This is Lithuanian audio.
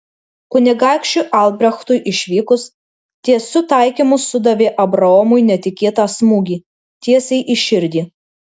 kunigaikščiui albrechtui išvykus tiesiu taikymu sudavė abraomui netikėtą smūgį tiesiai į širdį